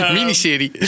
Miniserie